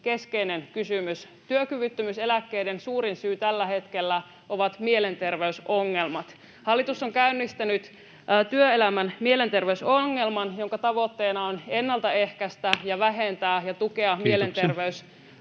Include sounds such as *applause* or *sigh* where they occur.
keskeinen kysymys. Työkyvyttömyyseläkkeiden suurin syy tällä hetkellä ovat mielenterveysongelmat. Hallitus on käynnistänyt työelämän mielenterveysohjelman, jonka tavoitteena on ennaltaehkäistä *noise* ja vähentää mielenterveysongelmia